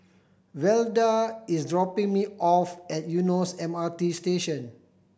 Velda is dropping me off at Eunos M R T Station